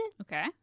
Okay